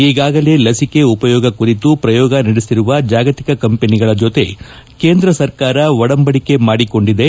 ಈಗಾಗಲೇ ಲಸಿಕೆ ಉಪಯೋಗ ಕುರಿತು ಪ್ರಯೋಗ ನಡೆಸಿರುವ ಜಾಗತಿಕ ಕಂಪನಿಗಳ ಜೊತೆ ಕೇಂದ್ರ ಸರ್ಕಾರ ಒಡಂಬಡಿಕೆ ಮಾಡಿಕೊಂಡಿದೆ